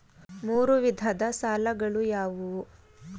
ಮೂರು ವಿಧದ ಸಾಲಗಳು ಯಾವುವು?